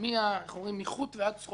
מחוט ועד שרוך נעל,